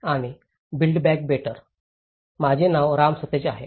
माझे नाव राम सतीश आहे